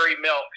milk